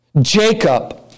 Jacob